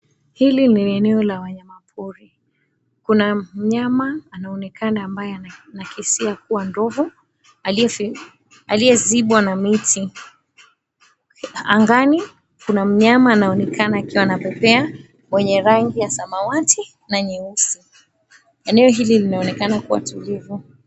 Hili ni eneo la wanyama pori. Kuna mnyama anaonekana ambaye anakisia kuwa ndovu aliyezibwa na miti. Angani kuna mnyama anaonekana akiwa anapepea mwenye rangi ya samawati na nyeusi. Eneo hili linaonekana kuwa tulivu.